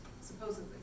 supposedly